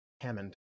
Hammond